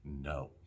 No